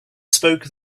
spoke